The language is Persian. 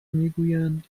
میگویند